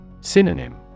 Synonym